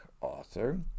author